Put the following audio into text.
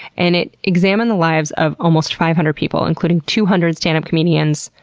and it examined the lives of almost five hundred people, including two hundred stand-up comedians,